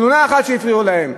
תלונה אחת שהפריעו להן.